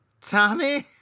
tommy